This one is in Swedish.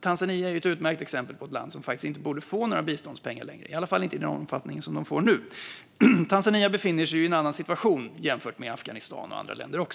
Tanzania är ett utmärkt exempel på ett land som faktiskt inte borde få några biståndspengar längre, i alla fall inte i den omfattning som de får nu. Tanzania befinner sig i en annan situation än Afghanistan och andra länder.